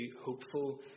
hopeful